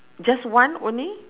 just one only